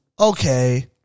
Okay